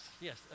yes